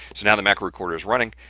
so now the macro recorder is running.